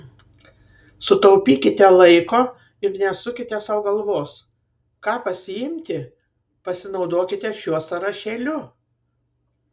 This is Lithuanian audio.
sutaupykite laiko ir nesukite sau galvos ką pasiimti pasinaudokite šiuo sąrašėliu